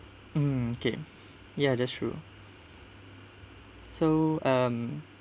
mm okay ya that's true so um